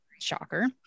shocker